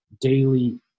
daily